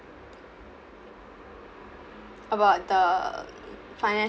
about the